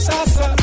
Sasa